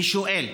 אני שואל: